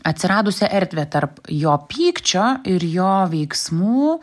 atsiradusią erdvę tarp jo pykčio ir jo veiksmų